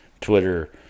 Twitter